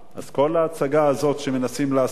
אז כל ההצגה הזאת שמנסים לעשות,